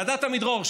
ועדת עמידרור,